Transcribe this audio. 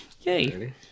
Yay